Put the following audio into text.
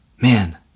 man